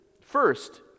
first